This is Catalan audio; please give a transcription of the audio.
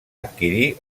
adquirir